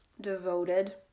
devoted